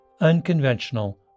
unconventional